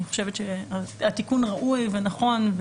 אני חושבת שהתיקון ראוי ונכון,